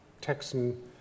Texan